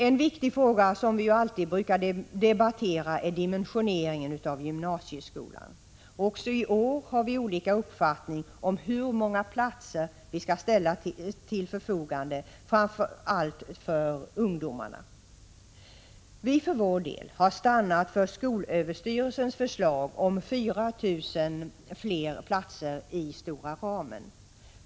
En viktig fråga, som vi alltid brukar debattera, är dimensioneringen av gymnasieskolan. Också i år har vi olika uppfattningar om hur många platser vi skall ställa till framför allt ungdomarnas förfogande. Vi för vår del har stannat för skolöverstyrelsens förslag om 4 000 fler platser istora ramen.